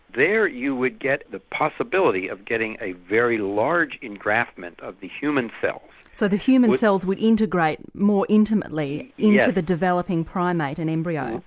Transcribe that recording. there you would get the possibility of getting a very large engraftment of the human cells. so the human cells would integrate more intimately into the developing primate and embryo. and